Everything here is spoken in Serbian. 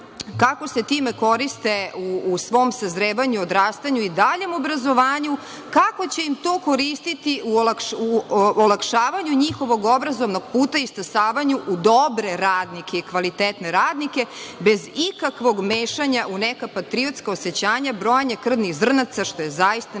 kako se time koriste u svom sazrevanju, odrastanju i daljem obrazovanju, tako će im to koristiti u olakšavanju njihovog obrazovnog puta i stasavanju u dobre radnike i kvalitetne radnike, bez ikakvog mešanja u neka patriotska osećanja, brojanja krvnih zrnaca, što je zaista nedopustivo